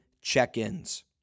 check-ins